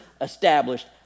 established